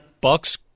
Bucks